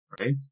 right